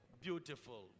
Beautiful